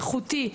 איכותי,